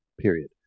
period